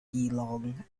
geelong